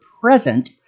present